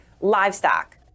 livestock